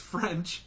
French